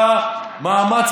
תודה רבה.